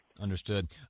Understood